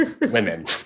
women